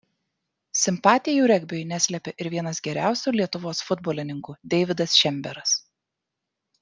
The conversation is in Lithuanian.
simpatijų regbiui neslėpė ir vienas geriausių lietuvos futbolininkų deividas šemberas